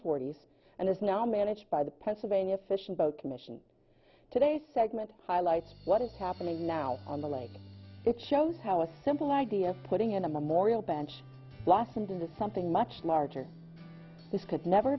forty s and is now managed by the pennsylvania fishing boat commission today segment highlights what is happening now on the lake it shows how a simple idea putting in a memorial bench blossomed into something much larger this could